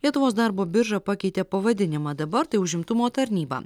lietuvos darbo birža pakeitė pavadinimą dabar tai užimtumo tarnyba